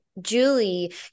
Julie